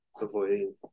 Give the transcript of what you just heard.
avoiding